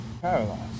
paralyzed